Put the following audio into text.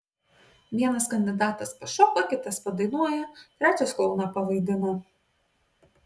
vienas kandidatas pašoka kitas padainuoja trečias klouną pavaidina